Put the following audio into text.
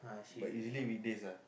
but usually weekdays ah